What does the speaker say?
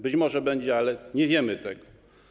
Być może będzie, ale nie wiemy tego.